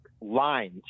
lines